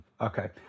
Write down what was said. Okay